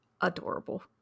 adorable